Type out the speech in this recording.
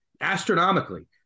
astronomically